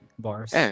Bars